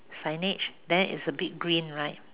signage then it's a bit green right